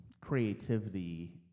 creativity